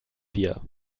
wir